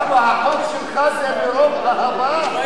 למה, החוק שלך זה מרוב אהבה?